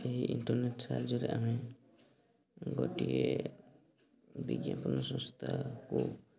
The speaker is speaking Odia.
ଏହି ଇଣ୍ଟରନେଟ୍ ସାହାଯ୍ୟରେ ଆମେ ଗୋଟିଏ ବିଜ୍ଞାପନ ସଂସ୍ଥାକୁ